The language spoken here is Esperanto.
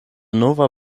nova